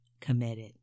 committed